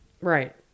Right